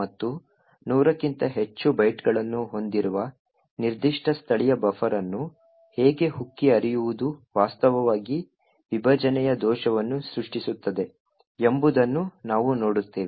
ಮತ್ತು 100 ಕ್ಕಿಂತ ಹೆಚ್ಚು ಬೈಟ್ಗಳನ್ನು ಹೊಂದಿರುವ ನಿರ್ದಿಷ್ಟ ಸ್ಥಳೀಯ ಬಫರ್ ಅನ್ನು ಹೇಗೆ ಉಕ್ಕಿ ಹರಿಯುವುದು ವಾಸ್ತವವಾಗಿ ವಿಭಜನೆಯ ದೋಷವನ್ನು ಸೃಷ್ಟಿಸುತ್ತದೆ ಎಂಬುದನ್ನು ನಾವು ನೋಡುತ್ತೇವೆ